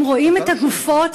הם רואים את הגופות,